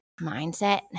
mindset